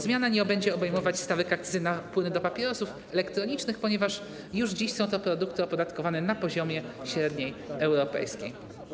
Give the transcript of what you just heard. Zmiana nie będzie obejmować stawek akcyzy na płyny do papierosów elektronicznych, ponieważ już dziś są to produkty opodatkowane na poziomie średniej europejskiej.